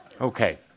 Okay